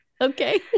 okay